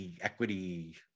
equity